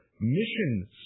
Mission